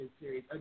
series